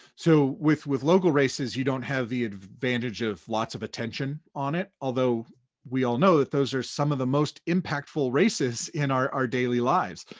so, with with local races you don't have the advantage of lots of attention on it, although we all know that those are some of the most impactful races in our daily lives.